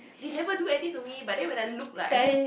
they never do any to me but then when I look like I just